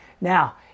Now